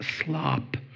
slop